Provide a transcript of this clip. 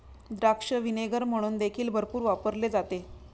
द्राक्ष व्हिनेगर म्हणून देखील भरपूर वापरले जाते